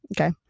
Okay